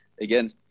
again